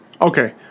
Okay